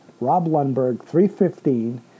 RobLundberg315